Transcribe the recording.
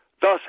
Thus